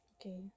Okay